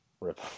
Rip